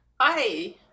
Hi